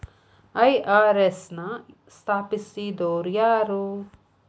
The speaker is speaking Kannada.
ಐ.ಆರ್.ಎಸ್ ನ ಸ್ಥಾಪಿಸಿದೊರ್ಯಾರು?